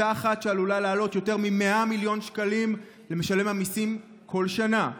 אותה אחת שעלולה לעלות יותר מ-100 מיליון שקלים למשלם המיסים כל שנה.